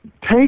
take